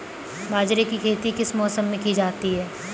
बाजरे की खेती किस मौसम में की जाती है?